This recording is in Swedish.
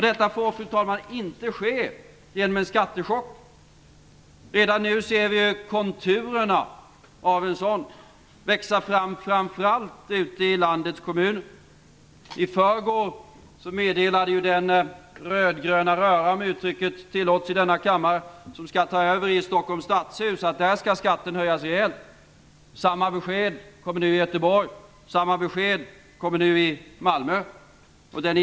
Detta får, fru talman, inte ske genom en skattechock. Redan nu ser vi konturerna av en sådan växa fram, framför allt ute i landets kommuner. I förrgår meddelade ju den rödgröna röra, om uttrycket tillåtes i denna kammare, som skall ta över i Stockholms Stadshus att där skall skatten höjas rejält. Samma besked kommer nu i Göteborg, samma besked kommer nu i Malmö.